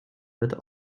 wird